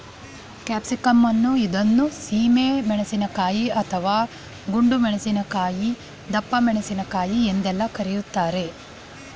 capsicum ಇದನ್ನು ಸೀಮೆ ಮೆಣಸಿನಕಾಯಿ, ಅಥವಾ ಗುಂಡು ಮೆಣಸಿನಕಾಯಿ, ದಪ್ಪಮೆಣಸಿನಕಾಯಿ ಎಂದೆಲ್ಲ ಕರಿತಾರೆ